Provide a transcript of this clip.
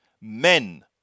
Men